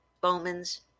Bowman's